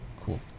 Cool